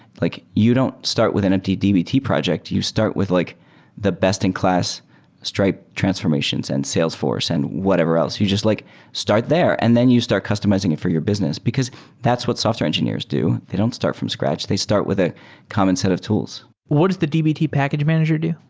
like you don't start within a dbt project. you start with like the best in class stripe transformations in and salesforce and whatever else. you just like start there, and then you start customizing it for your business, because that's what software engineers do. they don't start from scratch. they start with a common set of tools what does the dbt package manager do?